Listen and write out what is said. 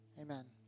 Amen